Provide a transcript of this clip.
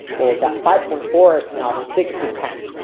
well that five point four is now six to ten.